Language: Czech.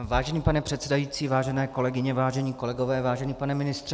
Vážený pane předsedající, vážené kolegyně, vážení kolegové, vážený pane ministře.